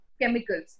chemicals